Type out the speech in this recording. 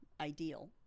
ideal